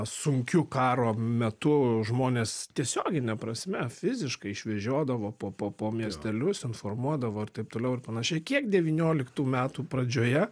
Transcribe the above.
sunkiu karo metu žmonės tiesiogine prasme fiziškai išvežiodavo po po po miestelius informuodavo ir taip toliau ir panašiai kiek devynioliktų metų pradžioje